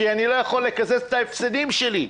כי אני לא יכול לקזז את ההפסדים שלי.